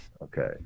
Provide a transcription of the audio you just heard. Okay